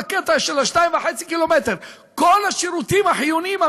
בקטע של 2.5 קילומטר כל השירותים החיוניים.